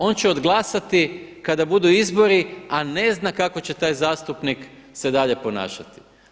On će odglasati kada budu izbori a ne zna kako će taj zastupnik se dalje ponašati.